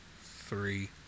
three